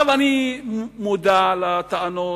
אני מודע לטענות.